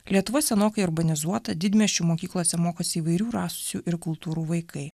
lietuva senokai urbanizuota didmiesčių mokyklose mokosi įvairių rasių ir kultūrų vaikai